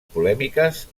polèmiques